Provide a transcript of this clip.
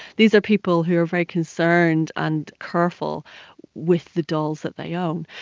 these are people who are very concerned and careful with the dolls that they own.